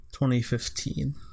2015